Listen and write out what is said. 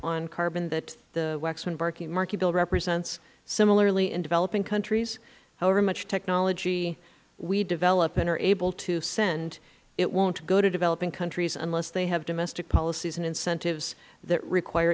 bill represents similarly in developing countries however much technology we develop and are able to send it won't go to developing countries unless they have domestic policies and incentives that require